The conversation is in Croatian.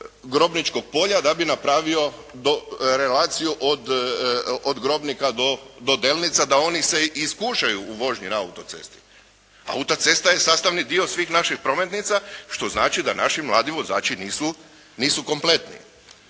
Grobničkog polja da bi napravio relaciju od Grobnika do Delnica da oni se iskušaju u vožnji na autocesti. Autocesta je sastavni dio svih naših prometnica što znači da naši mladi vozači nisu kompletni.